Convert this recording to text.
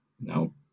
No